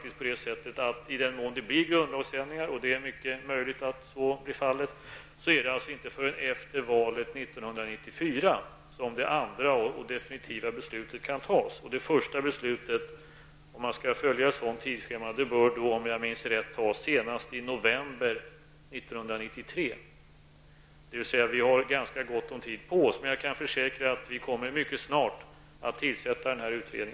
I den mån det blir grundlagsändringar -- det är mycket möjligt att så blir fallet -- är det inte förrän efter valet 1994 som det andra och definitiva beslutet kan fattas. Det första beslutet om ett sådant tidsschema bör -- om jag minns rätt -- fattas senast i november 1993. Vi har alltså ganska gott om tid. Men jag kan försäkra att vi mycket snart kommer att tillsätta denna utredning.